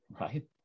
right